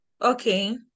Okay